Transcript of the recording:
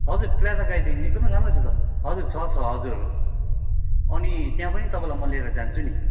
हजुर प्याराग्लाइडिङ एकदमै राम्रो छ त हजुर छ छ हजुर अनि त्यहाँ पनि तपाईँलाई म लिएर जान्छु नि